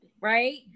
right